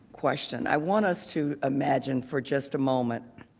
question i want us to imagine for just a moment